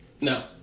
No